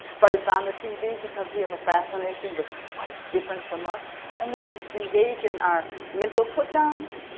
but it's on the tv because we have a fascination with what is different from us and we can engage in our mental putdowns,